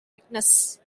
witness